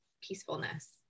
peacefulness